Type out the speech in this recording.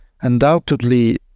undoubtedly